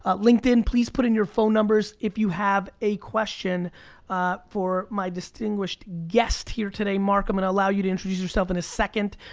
ah linkedin, please put in your phone numbers, if you have a question for my distinguished guest here today. marc, i'm gonna and allow you to introduce yourself in a second,